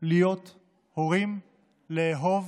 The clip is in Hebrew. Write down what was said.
להיות הורים, לאהוב